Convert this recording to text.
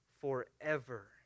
forever